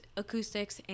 acoustics